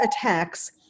attacks